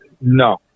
No